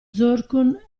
zorqun